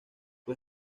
fue